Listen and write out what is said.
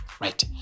Right